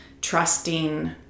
trusting